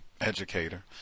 educator